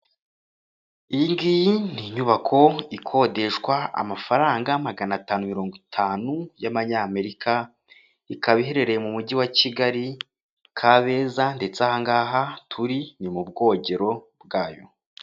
Iyingiyi ni inyubako ikodeshwa amafaranga magana atanu mirongo itanu y'amanyamerika. Ikaba iherereye mu mujyi wa Kigali, kabeza ndetse ahangaha turi ni mu bwogero bwayo.